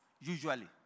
usually